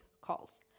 calls